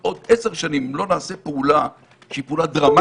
עוד עשר שנים, אם לא נעשה פעולה דרמטית,